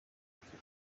mfite